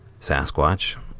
Sasquatch